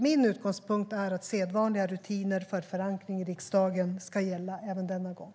Min utgångspunkt är att sedvanliga rutiner för förankring i riksdagen ska gälla även denna gång.